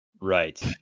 Right